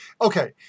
Okay